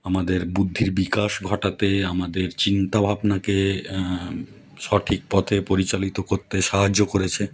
আমাদের বুদ্ধির বিকাশ ঘটাতে আমাদের চিন্তা ভাবনাকে সঠিক পথে পরিচালিত করতে সাহায্য করেছে